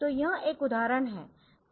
तो यह एक उदाहरण है